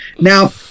Now